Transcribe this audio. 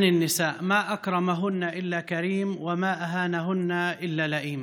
שבו הוא אומר על הנשים: "כל המכבד אותן מכובד וכל המשפיל אותן בזוי".